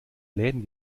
läden